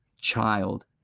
child